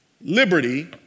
liberty